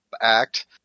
act